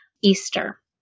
Easter